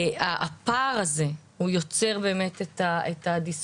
הפער הזה הוא יוצר את הדיסוננס,